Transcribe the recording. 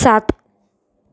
सात